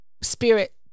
spirit